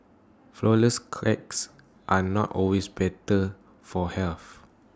Flourless Cakes are not always better for health